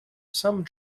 some